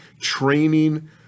training